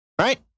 Right